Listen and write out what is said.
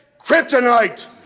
kryptonite